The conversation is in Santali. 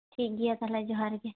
ᱴᱷᱤᱠᱜᱮᱭᱟ ᱛᱟᱦᱚᱞᱮ ᱡᱚᱦᱟᱨ ᱜᱮ